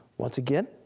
once again,